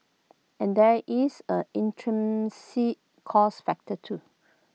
and there is A intrinsic cost factor too